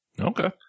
Okay